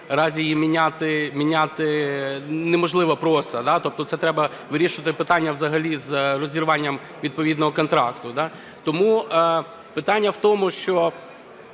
разі її міняти неможливо просто, тобто це треба вирішувати питання взагалі з розірванням відповідного контракту. Тому питання в тому, що